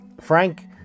Frank